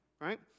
Right